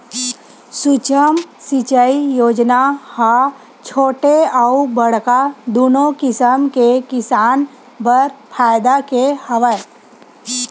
सुक्ष्म सिंचई योजना ह छोटे अउ बड़का दुनो कसम के किसान बर फायदा के हवय